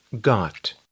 Got